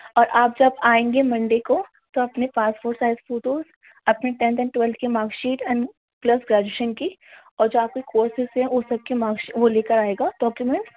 اور آپ جب آئیں گے منڈے کو تو اپنے پاسپورٹ سائز فوٹوز اپنے ٹینتھ اینڈ ٹویلتھ کی mark sheet and plus graduation کی اور جو آپ کے کورسز ہیں وہ سب کی مارکس وہ لے کر آئیے گا ڈاکیومینٹس